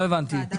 לא הבנתי.